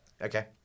okay